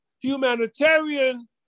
humanitarian